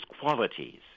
qualities